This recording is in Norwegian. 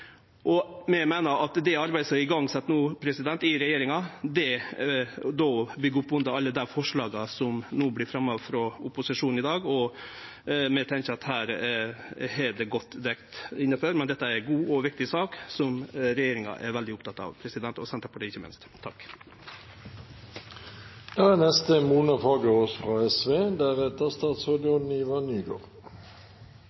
meiner at det arbeidet som no er sett i gang i regjeringa, byggjer opp under alle dei forslaga som vert fremja frå opposisjonen no i dag. Vi tenkjer at det er godt dekt innanfor det arbeidet. Dette er ei god og viktig sak som regjeringa er veldig oppteken av – og ikkje minst Senterpartiet. Det er